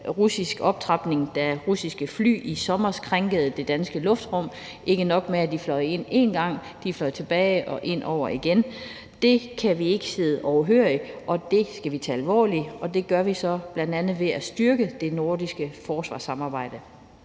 russisk optrapning, da russiske fly i sommer krænkede det danske luftrum – ikke nok med at de fløj ind én gang – de fløj tilbage og ind over igen. Det kan vi ikke sidde overhørig, og det skal vi tage alvorligt. Og det gør vi så bl.a. ved at styrke det nordiske forsvarssamarbejde.